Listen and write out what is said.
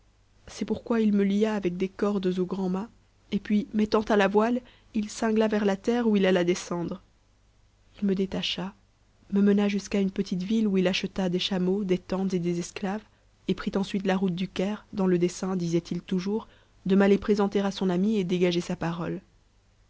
c'est pourquoi il me lia avec des cordes au grand mât et puis mettant à la voile il cingla vers la terre où il alla descendre i me détacha me mena jusqu'à une petite ville où il acheta des chameaux des tentes et des esclaves et prit ensuite la route du caire dans le dessein disait-il toujours de m'aller présenter à son ami et dégager sa parole